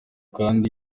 kandi